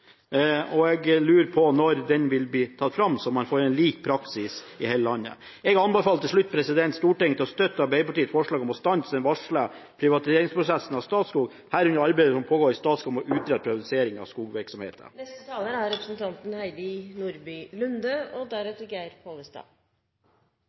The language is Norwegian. og jeg lurer på når det vil bli tatt fram så man får en lik praksis i hele landet. Jeg anbefaler til slutt Stortinget å støtte Arbeiderpartiets forslag om å stanse: «den varslede privatiseringsprosessen av Statskog, herunder arbeidet som pågår i Statskog med å utrede privatisering av skogvirksomheten.» Jeg har hørt i debatten i dag at det nå er synliggjort et skille mellom rød-grønn og